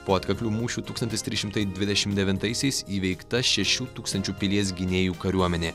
po atkaklių mūšių tūkstantis trys šimtai dvidešim devintaisiais įveikta šešių tūkstančių pilies gynėjų kariuomenė